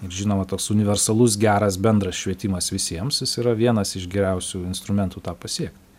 ir žinoma toks universalus geras bendras švietimas visiems jis yra vienas iš geriausių instrumentų tą pasiekt